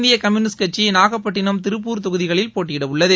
இந்திய கம்யூனிஸ்ட் கட்சி நாகப்பட்டினம் திருப்பூர் தொகுதிகளில் போட்டியிட உள்ளது